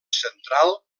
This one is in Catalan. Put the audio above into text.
central